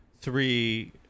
Three